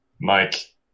Mike